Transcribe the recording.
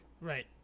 Right